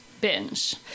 binge